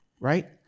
right